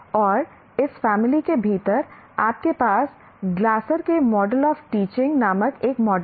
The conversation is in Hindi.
और इस फैमिली के भीतर आपके पास ग्लासर के मॉडल ऑफ टीचिंग नामक एक मॉडल है